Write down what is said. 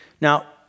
Now